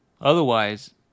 Otherwise